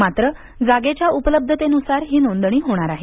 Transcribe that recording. मात्र जागेच्या उपलब्धतेनुसार ही नोंदणी होणार आहे